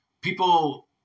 People